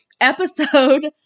episode